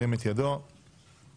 הצבעה אושר.